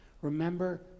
remember